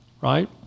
right